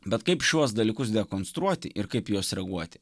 bet kaip šiuos dalykus dekonstruoti ir kaip juos reaguoti